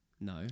no